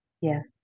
Yes